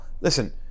listen